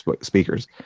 speakers